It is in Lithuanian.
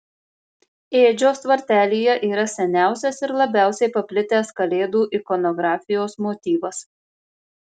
ėdžios tvartelyje yra seniausias ir labiausiai paplitęs kalėdų ikonografijos motyvas